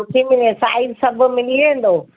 सुठे में साइज सभु मिली वेंदो